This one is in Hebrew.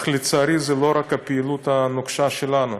אך לצערי זו לא רק הפעילות הנוקשה שלנו.